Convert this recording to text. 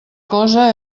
cosa